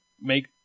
make